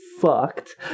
Fucked